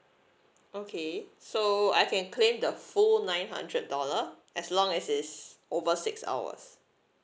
okay so I can claim the full nine hundred dollar as long as is over six hours